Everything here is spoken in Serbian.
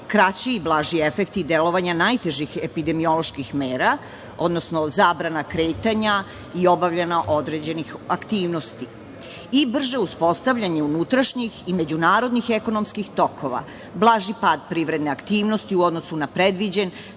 kraći i blaži efekti delovanja najtežih epidemioloških mera, odnosno zabrana kretanja i obavljanja određenih aktivnosti i brže uspostavljanje unutrašnjih i međunarodnih ekonomskih tokova blaži pad privredne aktivnosti u odnosu na predviđen